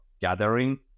gathering